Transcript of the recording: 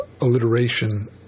alliteration